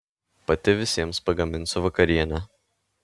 pati visiems pagaminsiu vakarienę